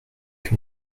que